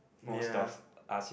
most of us